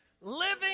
living